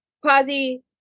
quasi